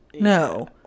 no